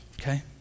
Okay